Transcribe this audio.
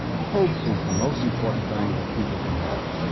hope is the most important thing that people can have.